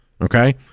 Okay